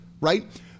right